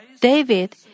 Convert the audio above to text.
David